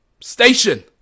station